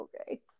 okay